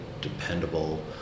dependable